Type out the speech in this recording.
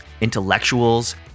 intellectuals